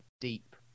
deep